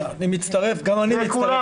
אני גם מצטרף